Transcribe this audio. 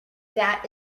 that